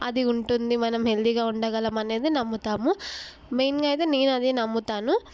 అది ఉంటుంది మనం హెల్తీగా ఉండగలమనేది నమ్ముతాము మెయిన్గా అయితే నేను అదే నమ్ముతాను